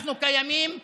אנחנו קיימים.